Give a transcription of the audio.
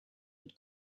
had